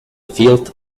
field